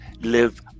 live